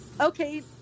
okay